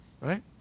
Right